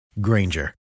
Granger